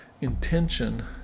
intention